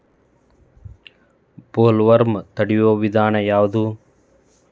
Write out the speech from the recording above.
Bollworm ತಡಿಯು ವಿಧಾನ ಯಾವ್ದು?